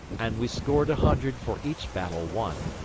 and we scored a hundred for each battle won,